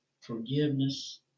forgiveness